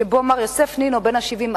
שבו מר יוסף נינו בן ה-70,